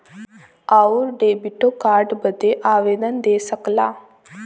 आउर डेबिटो कार्ड बदे आवेदन दे सकला